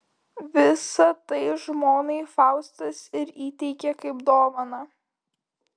visa tai žmonai faustas ir įteikė kaip dovaną